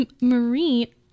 marie